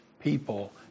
people